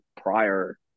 prior